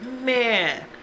Man